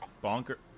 bonker